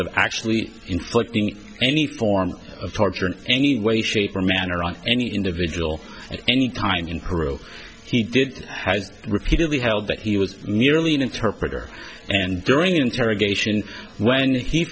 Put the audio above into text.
of actually inflicting any form of torture any way shape or manner on any individual any kind in crew he did has repeatedly held that he was merely an interpreter and during interrogation when